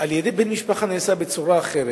על-ידי בן משפחה נעשית בצורה אחרת,